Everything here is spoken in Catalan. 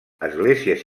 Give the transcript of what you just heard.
esglésies